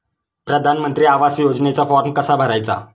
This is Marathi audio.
प्रधानमंत्री आवास योजनेचा फॉर्म कसा भरायचा?